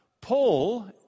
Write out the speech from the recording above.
Paul